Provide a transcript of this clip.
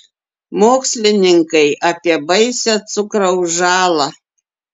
mokslininkai apie baisią cukraus žalą